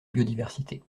biodiversité